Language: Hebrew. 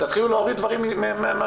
תתחילו להוריד דברים מהשולחן.